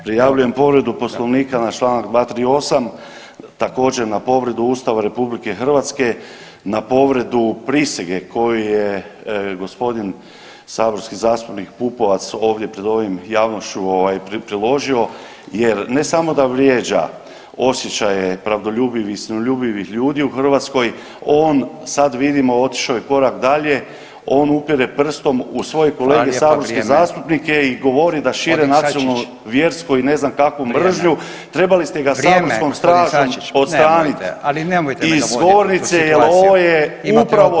Prijavljujem povredu Poslovnika na Članak 238., također na povredu Ustava RH, na povredu prisege koju je gospodin saborski zastupnik Pupovac ovdje pred ovim javnošću ovaj priložio jer ne samo da vrijeđa osjećaje pravdoljubivih, istinoljubivih ljudi u Hrvatskoj on sad vidimo otišao je korak dalje, on upire prstom u svoje kolege saborske zastupnike [[Upadica: Hvala lijepa, vrijeme.]] i govore da šire nacionalu [[Upadica: Gospodin Sačić.]] vjersku i ne znam kakvu mržnju [[Upadica: Vrijeme.]] trebali ste ga saborskom stražom odstranit [[Upadica: Nemojte me dovodit u situaciju]] iz zbornice jer ovo je upravo